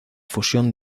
fusión